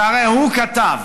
שהרי הוא כתב,